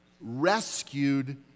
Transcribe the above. Rescued